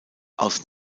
aus